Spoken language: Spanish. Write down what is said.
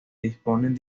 disponen